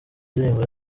ndirimbo